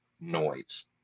noise